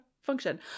function